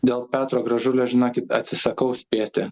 dėl petro gražulio žinokit atsisakau spėti